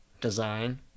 design